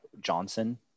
Johnson